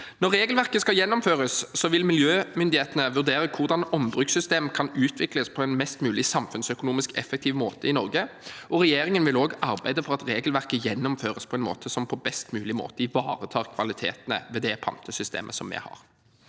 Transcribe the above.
Når regelverket skal gjennomføres, vil miljømyndighetene vurdere hvordan ombrukssystemet kan utvikles på en mest mulig samfunnsøkonomisk effektiv måte i Norge, og regjeringen vil også arbeide for at regelverket gjennomføres på en måte som på best mulig måte ivaretar kvalitetene ved det pantesystemet vi har.